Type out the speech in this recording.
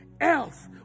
else